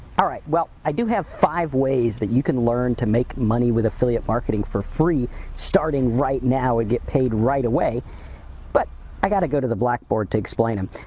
alright, well, i do have five ways that you can learn to make money with affiliate marketing for free starting right now and ah get paid right away but i gotta go to the blackboard to explain em,